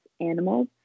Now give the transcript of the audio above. animals